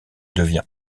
devient